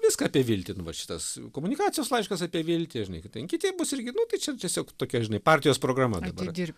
viską apie viltį nu va šitas komunikacijos laiškas apie viltį žinai kaip ten kiti bus irgi nu tai čia tiesiog tokia žinai partijos programa dabar